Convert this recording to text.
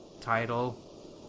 title